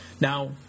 Now